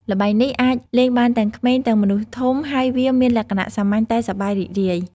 ល្បែងនេះអាចលេងបានទាំងក្មេង ទាំងមនុស្សធំ ហើយវាមានលក្ខណៈសាមញ្ញតែសប្បាយរីករាយ ។